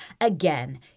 Again